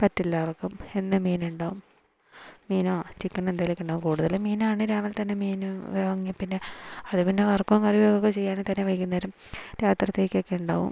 പറ്റില്ല ആർക്കും എന്നും മീൻ ഉണ്ടാവും മീനോ ചിക്കൻ എന്തെങ്കിലുമൊക്കെ ഉണ്ടാവും കൂടുതലും മീനാണ് രാവിലെ തന്നെ മീൻ വാങ്ങിയാൽപ്പിന്നെ അത് പിന്നെ വറുക്കുകയും കറി വയ്ക്കുകയൊക്കെ ചെയ്യുകയാണെങ്കിൽ തന്നെ വൈകുന്നേരം രാത്രിയത്തേക്കൊക്കെ ഉണ്ടാവും